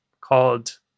called